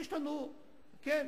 כן,